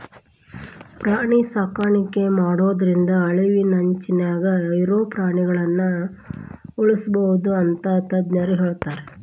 ಪ್ರಾಣಿ ಸಾಕಾಣಿಕೆ ಮಾಡೋದ್ರಿಂದ ಅಳಿವಿನಂಚಿನ್ಯಾಗ ಇರೋ ಪ್ರಾಣಿಗಳನ್ನ ಉಳ್ಸ್ಬೋದು ಅಂತ ತಜ್ಞರ ಹೇಳ್ತಾರ